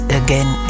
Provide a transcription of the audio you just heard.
again